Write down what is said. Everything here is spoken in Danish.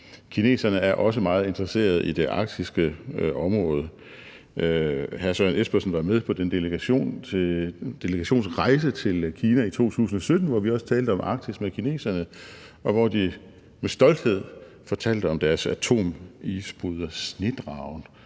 Kineserne er også meget interesserede i det arktiske område. Hr. Søren Espersen var med på den delegationsrejse til Kina i 2017, hvor vi også talte om Arktis med kineserne, og hvor de med stolthed fortalte om deres atomisbryder Snedragen,